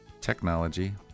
technology